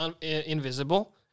invisible